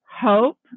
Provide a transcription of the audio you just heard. hope